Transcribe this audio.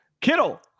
Kittle